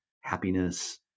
Happiness